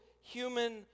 human